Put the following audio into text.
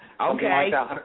Okay